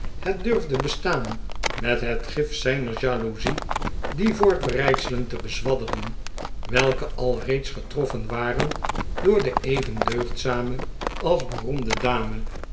het durfde bestaan met het gif zijner jaloezie die voorbereidselen te bezwadderen welke alreeds getroffen waren door de even deugdzame als beroemde dame